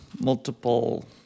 multiple